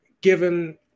given